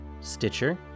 Stitcher